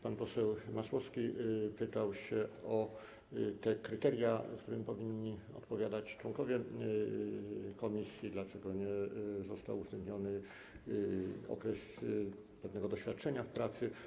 Pan poseł Masłowski pytał o kryteria, którym powinni odpowiadać członkowie komisji, o to, dlaczego nie został uwzględniony wymóg pewnego doświadczenia w pracy.